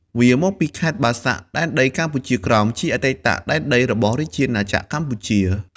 វាមកពីខេត្ដបាសាក់ដែនដីកម្ពុជាក្រោម ជាអតីតដែនដីរបស់រាជាណាចក្រកម្ពុជា។